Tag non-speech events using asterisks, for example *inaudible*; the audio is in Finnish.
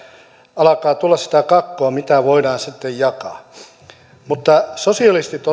alkaa tulla sitä kakkua mitä voidaan sitten jakaa mutta sosialistit *unintelligible*